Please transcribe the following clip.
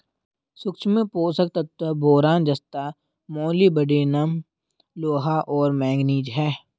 सूक्ष्म पोषक तत्व बोरान जस्ता मोलिब्डेनम लोहा और मैंगनीज हैं